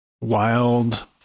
wild